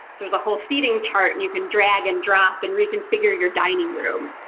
there's a whole seating chart and you can drag and drop and reconfigure your dining room.